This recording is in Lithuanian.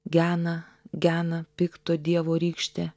gena gena pikto dievo rykštė